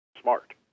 smart